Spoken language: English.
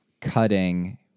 cutting